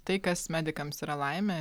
tai kas medikams yra laimė